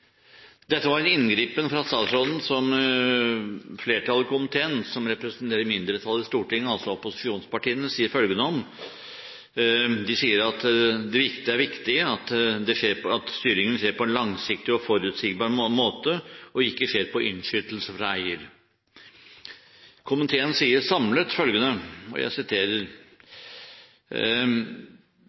Dette var en inngripen fra statsråden som flertallet i komiteen – som representerer mindretallet i Stortinget, altså opposisjonspartiene – sier følgende om: De sier at det er viktig at styringen skjer på en langsiktig og forutsigbar måte og ikke skjer på innskytelser fra eier. En samlet komité sier